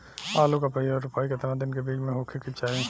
आलू क पहिला रोपाई केतना दिन के बिच में होखे के चाही?